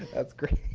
that's great.